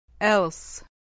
Else